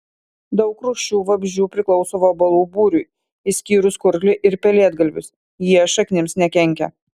daug rūšių vabzdžių priklauso vabalų būriui išskyrus kurklį ir pelėdgalvius jie šaknims nekenkia